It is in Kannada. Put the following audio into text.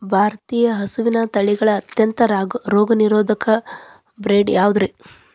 ಭಾರತೇಯ ಹಸುವಿನ ತಳಿಗಳ ಅತ್ಯಂತ ರೋಗನಿರೋಧಕ ಬ್ರೇಡ್ ಯಾವುದ್ರಿ?